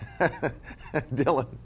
Dylan